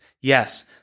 yes